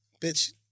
bitch